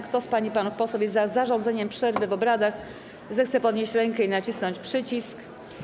Kto z pań i panów posłów jest za zarządzeniem przerwy w obradach, zechce podnieść rękę i nacisnąć przycisk.